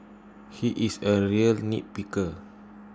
he is A real nitpicker